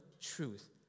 truth